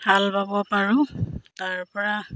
হাল বাব পাৰোঁ তাৰপৰা